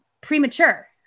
premature